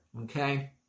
okay